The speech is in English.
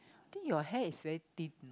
I think your hair is very thin